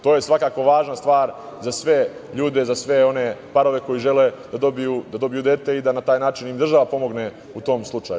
To je svakako važna stvar za sve ljude i parove koji žele da dobiju dete i na taj način im država pomogne u tom slučaju.